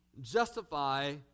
justify